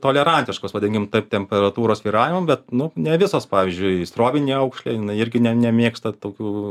tolerantiškos vadinkim taip temperatūros svyravimam bet nu ne visos pavyzdžiui srovinė aukšlė jinai irgi ne nemėgsta tokių